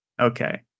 Okay